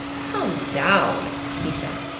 come down! he said.